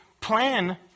plan